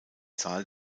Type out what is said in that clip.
zahl